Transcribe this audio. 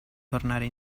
tornare